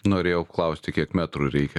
norėjau klausti kiek metrų reikia